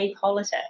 politics